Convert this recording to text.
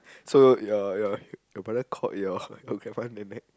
so your your you brother caught your